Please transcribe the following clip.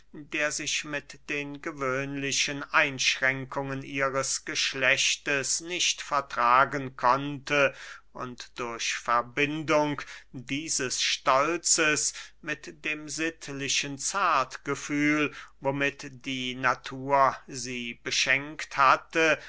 der sich mit den gewöhnlichen einschränkungen ihres geschlechtes nicht vertragen konnte und durch verbindung dieses stolzes mit dem sittlichen zartgefühl womit die natur sie beschenkt hatte